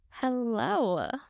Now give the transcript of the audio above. Hello